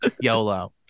YOLO